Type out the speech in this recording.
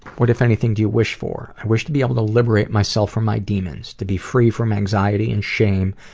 what, if anything, do you wish for? i wish to be able to liberate myself from my demons, to be free from anxiety and shame,